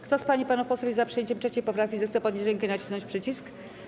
Kto z pań i panów posłów jest za przyjęciem 3. poprawki, zechce podnieść rękę i nacisnąć przycisk.